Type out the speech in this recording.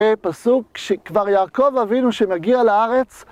פסוק שכבר יעקב אבינו שמגיע לארץ.